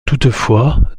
toutefois